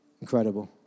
Incredible